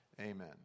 Amen